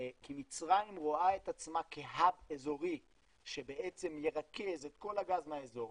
כי מצרים רואה את עצמה כהאב אזורי שבעצם ירכז את כל הגז מהאזור,